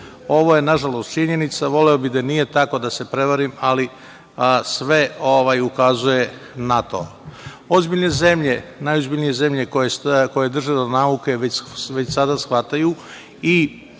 Ovo je nažalost činjenica, voleo bih da nije tako, da se prevarim, ali sve ukazuje na to. Ozbiljne zemlje, najozbiljnije zemlje koje drže do nauke već sada shvataju i